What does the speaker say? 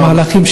במהלכים,